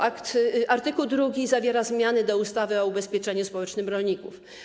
Artykuł 2 zawiera zmiany do ustawy o ubezpieczeniu społecznym rolników.